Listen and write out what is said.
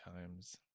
times